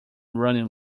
running